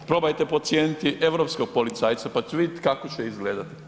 Probajte podcijeniti europskog policajca, pa ćete vidjeti kako će izgledati.